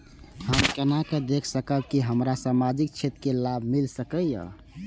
हम केना देख सकब के हमरा सामाजिक क्षेत्र के लाभ मिल सकैये?